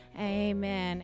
Amen